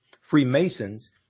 Freemasons